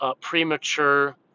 premature